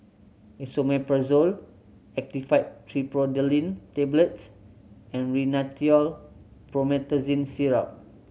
Esomeprazole Actifed Triprolidine Tablets and Rhinathiol Promethazine Syrup